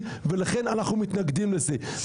ואני סומכת על בית המשפט,